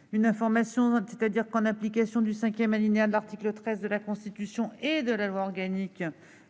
séance maintenant. En application du cinquième alinéa de l'article 13 de la Constitution et de la loi organique